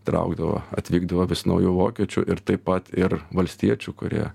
traukdavo atvykdavo vis naujų vokiečių ir taip pat ir valstiečių kurie